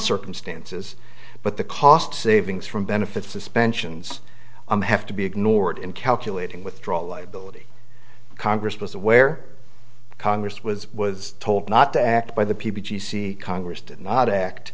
circumstances but the cost savings from benefits suspensions have to be ignored in calculating withdrawal liability congress was aware congress was was told not to act by the people congress did not act